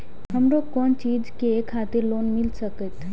हमरो कोन चीज के खातिर लोन मिल संकेत?